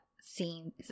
scenes